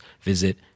visit